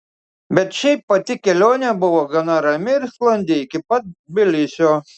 bet šiaip pati kelionė buvo gana rami ir sklandi iki pat tbilisio